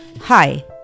Hi